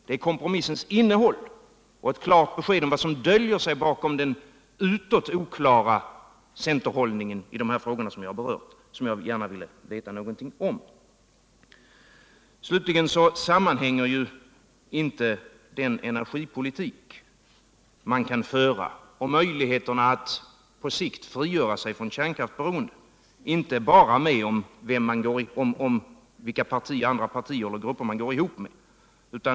Vi har alltså velat veta någonting om kompromissens innehåll och få ett klart besked om vad som döljer sig bakom centerns utåt oklara hållning. Slutligen sammanhänger den energipolitik man kan föra och möjligheterna alt på sikt frigöra sig från kärnkraftsberoendet inte bara med vilka andra partier och grupper man går ihop.